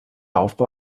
aufbau